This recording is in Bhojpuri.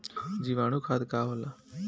जीवाणु खाद का होला?